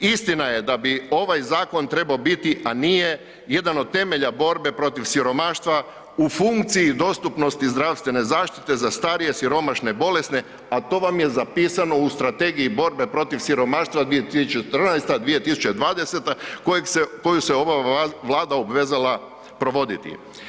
Istina je da bi ovaj zakon trebao biti, a nije jedan od temelja borbe protiv siromaštva u funkciji dostupnosti zdravstvene zaštite za starije, siromašne, bolesne, a to vam je zapisano u Strategiji borbe protiv siromaštva 2014.-2020.koju se ova Vlada obvezala provoditi.